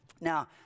Now